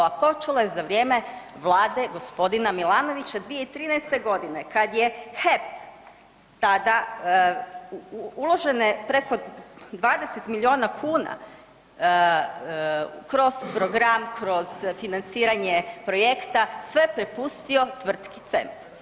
A počelo je za vrijeme vlade gospodina Milanovića 2013. godine kada je HEP tada uloženo je preko 20 milijuna kuna kroz program, kroz financiranje projekta, sve prepustio tvrtki CEMP.